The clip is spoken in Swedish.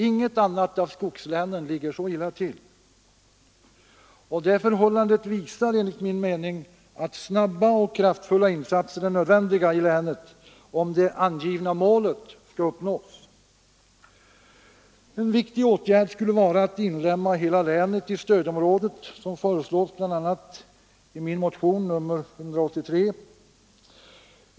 Inget annat av skogslänen ligger så illa till. Det förhållandet visar enligt min mening att kraftfulla insatser, som görs snabbt, är nödvändiga i länet, om det angivna målet skall uppnås. En viktig åtgärd skulle vara att inlemma hela länet i stödområdet såsom föreslås bl.a. i min motion nr 183.